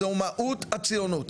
זו מהות הציונות.